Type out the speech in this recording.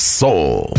soul